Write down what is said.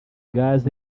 gaz